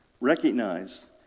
Recognize